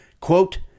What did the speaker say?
quote